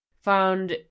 found